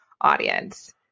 audience